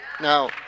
Now